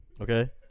Okay